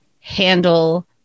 handle